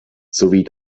sowie